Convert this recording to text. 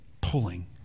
pulling